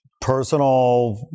personal